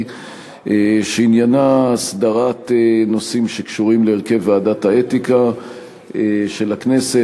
ועניינה הסדרת נושאים שקשורים להרכב ועדת האתיקה של הכנסת.